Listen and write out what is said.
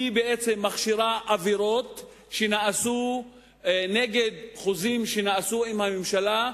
היא בעצם מכשירה עבירות שנעשו נגד חוזים שנעשו עם הממשלה.